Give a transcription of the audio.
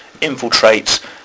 infiltrates